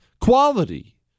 quality